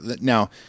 now